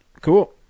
Cool